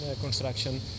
construction